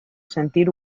sentir